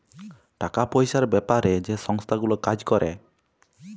টাকা পয়সার বেপারে যে সংস্থা গুলা কাজ ক্যরে